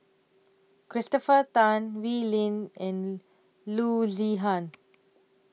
Christopher Tan Wee Lin and Loo Zihan